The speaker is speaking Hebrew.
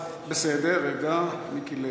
בסדר, רגע, מיקי לוי.